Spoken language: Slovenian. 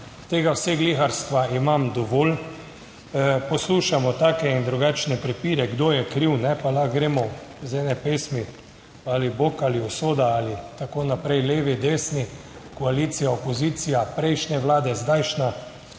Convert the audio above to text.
Tega vse gliharstva imam dovolj, poslušamo take in drugačne prepire kdo je kriv, ne pa lahko gremo iz ene pesmi ali bog ali usoda. Ali tako naprej, levi, desni, koalicija, opozicija prejšnje vlade, zdajšnja.